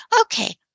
okay